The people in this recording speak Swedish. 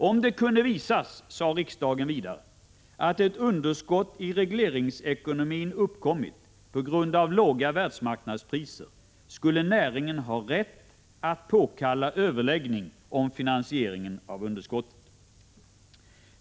Om det kunde visas, sade riksdagen vidare, att ett underskott i regleringsekonomin uppkommit på grund av låga världsmarknadspriser skulle näringen ha rätt att påkalla överläggningar om finansieringen av underskottet.